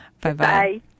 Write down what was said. Bye-bye